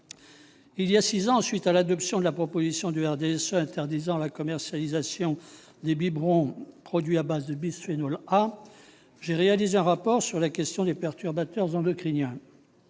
Voilà six ans, à la suite de l'adoption de la proposition de loi du RDSE interdisant la commercialisation des biberons produits à base de bisphénol A, j'ai réalisé un rapport sur la question des perturbateurs endocriniens.